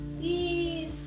Please